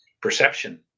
perception